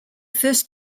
first